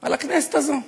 על הכנסת הזאת,